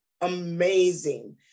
amazing